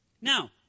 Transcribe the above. Now